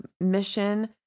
mission